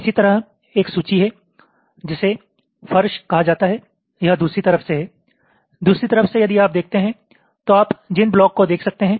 इसी तरह एक सूची है जिसे फर्श कहा जाता है यह दूसरी तरफ से है दूसरी तरफ से यदि आप देखते हैं तो आप जिन ब्लॉक को देख सकते हैं